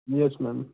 yes ma'am